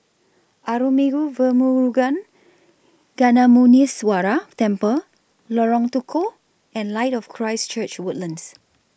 Arulmigu Velmurugan Gnanamuneeswarar Temple Lorong Tukol and Light of Christ Church Woodlands